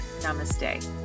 Namaste